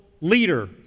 leader